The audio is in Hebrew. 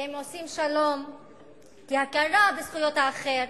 ואם עושים שלום כהכרה בזכויות האחר,